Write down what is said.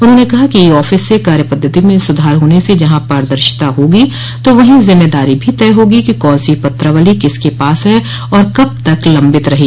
उन्होंने कहा कि ई आफिस से कार्यपद्वति में सुधार होने से जहां पारदर्शिता होगी तो वहीं जिम्मेदारी भी तय होगी कि कौन सी पत्रावली किसके पास है और कब तक लम्बित रही